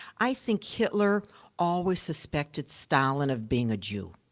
i think hitler always suspected stalin of being a jew.